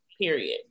period